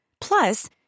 Plus